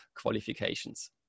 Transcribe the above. qualifications